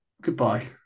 Goodbye